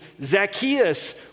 Zacchaeus